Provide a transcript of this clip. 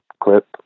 clip